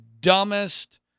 dumbest